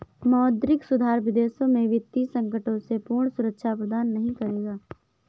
मौद्रिक सुधार विदेशों में वित्तीय संकटों से पूर्ण सुरक्षा प्रदान नहीं करेगा